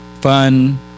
fun